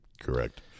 Correct